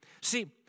See